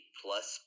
plus